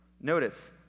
Notice